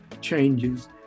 changes